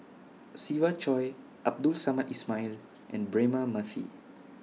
Siva Choy Abdul Samad Ismail and Braema Mathi